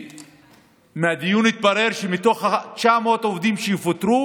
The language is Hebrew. בדיון התברר שמתוך ה-900 עובדים שיפוטרו,